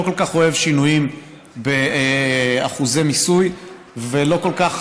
שלא כל כך אוהב שינויים באחוזי מיסוי ולא כל כך